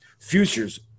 Future's